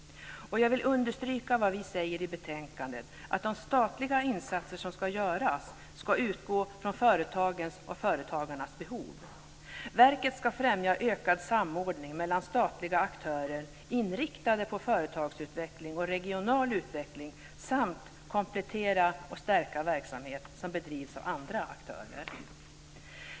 Jag vill understryka vad vi säger i betänkandet, att de statliga insatser som ska göras ska utgå från företagens och företagarnas behov. Verket ska främja ökad samordning mellan statliga aktörer inriktade på företagsutveckling och regional utveckling samt komplettera och stärka verksamhet som bedrivs av andra aktörer.